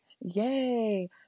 Yay